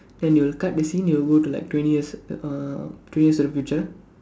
then they will cut the scene they will go to like twenty years uh twenty years into the future